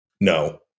No